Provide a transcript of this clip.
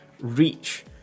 Reach